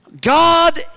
God